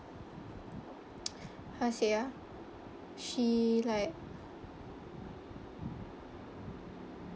how to say ah she like